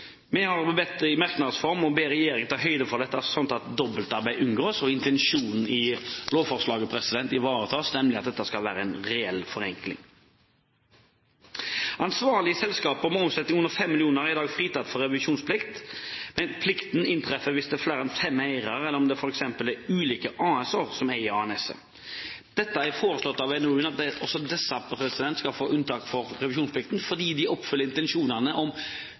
merknads form bedt regjeringen ta høyde for dette, slik at dobbeltarbeid unngås og intensjonen i lovforslaget ivaretas, nemlig at dette skal være en reell forenkling. Ansvarlige selskaper med omsetning under 5 mill. kr er i dag fritatt for revisjonsplikt, men plikten inntreffer hvis det er flere enn fem eiere, eller om det f.eks. er ulike AS-er som eier ANS-et. Det er foreslått i NOU-en at også disse skal få unntak fra revisjonsplikten, fordi de oppfyller intensjonene om